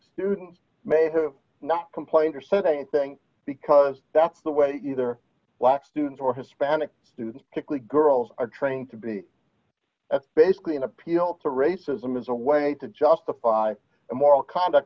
students may d have not complained or said anything because that's the way either black students or hispanic students particularly girls are trained to be basically an appeal to racism as a way to justify immoral conduct